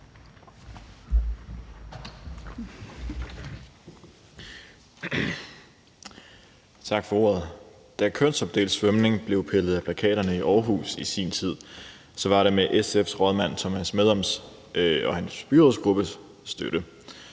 Tak for ordet. Da kønsopdelt svømning blev pillet af plakaten i Aarhus i sin tid, var det med SF's rådmand Thomas Medoms og hans byrådsgruppes støtte.